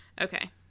okay